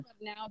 now